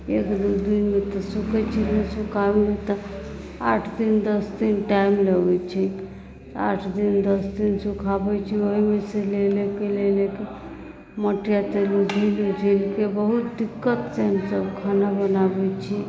एक दू दिनमे तऽ सूखैत छै नहि सुखाबेमे तऽ आठ दिन दश दिन टाइम लगैत छै आठ दिन दश दिन सुखाबैत छी ओहिमे से लेलेके लेलेके मटिआ तेल ऊझील ऊझीलके बहुत दिक्कत से हमसब खाना बनाबैत छी